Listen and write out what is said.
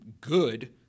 good